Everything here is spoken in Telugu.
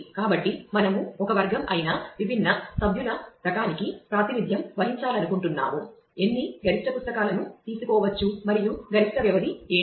కాబట్టి మనము ఒక వర్గం అయిన విభిన్న సభ్యుల రకానికి ప్రాతినిధ్యం వహించాలనుకుంటున్నాము ఎన్ని గరిష్ట పుస్తకాలను తీసుకోవచ్చు మరియు గరిష్ట వ్యవధి ఏంటి